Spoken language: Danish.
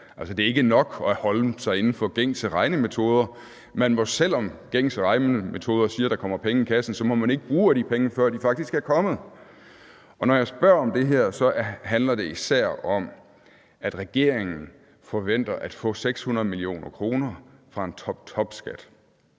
det er ikke nok at holde sig inden for gængse regnemetoder, for man må, selv om gængse regnemetoder siger, at der kommer penge i kassen, ikke bruge af de penge, før de faktisk er kommet. Når jeg spørger om det her, handler det især om, at regeringen forventer at få 600 mio. kr. fra en toptopskat.